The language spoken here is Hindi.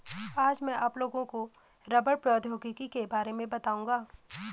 आज मैं आप लोगों को रबड़ प्रौद्योगिकी के बारे में बताउंगा